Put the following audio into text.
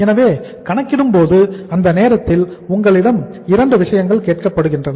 எனவே கணக்கிடும்போது அதே நேரத்தில் உங்களிடம் இரண்டு விஷயங்கள் கேட்கப்படுகின்றன